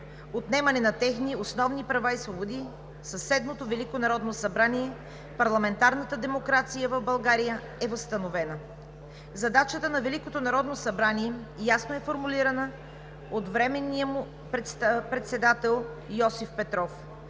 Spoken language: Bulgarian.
отнемане на техни основни права и свободи със Седмото велико народно събрание парламентарната демокрация в България е възстановена. Задачата на Великото народно събрание ясно е формулирана от временния му председател Йосиф Петров,